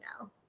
now